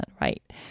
right